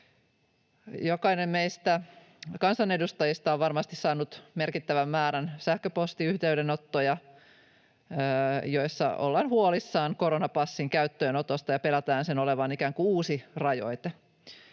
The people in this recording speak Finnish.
Jokainen meistä kansanedustajista on varmasti saanut merkittävän määrän sähköpostiyhteydenottoja, joissa ollaan huolissaan koronapassin käyttöönotosta ja pelätään sen olevan ikään kuin uusi rajoite.